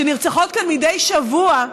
שנרצחות כאן מדי שבוע,